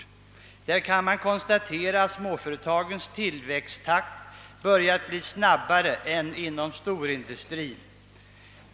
Där konstateras att tillväxttakten börjat bli snabbare inom småföretagen än inom storindustrin.